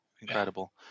Incredible